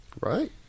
Right